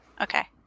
Okay